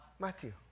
Matthew